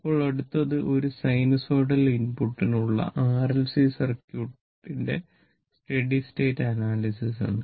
ഇപ്പോൾ അടുത്തത് ഒരു സൈനുസോയിടൽ ഇൻപുട്ട് ന് ഉള്ള RLC സർക്യൂട്ടിന്റെ സ്റ്റഡി സ്റ്റേറ്റ് അനാലിസിസ് ആണ്